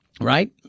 right